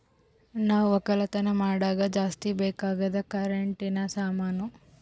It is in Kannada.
ನಾವ್ ಒಕ್ಕಲತನ್ ಮಾಡಾಗ ಜಾಸ್ತಿ ಬೇಕ್ ಅಗಾದ್ ಕರೆಂಟಿನ ಸಾಮಾನು